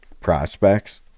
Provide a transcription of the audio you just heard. prospects